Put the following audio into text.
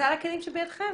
בסל הכלים שבידיכם.